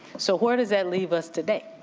so where does that leave us today?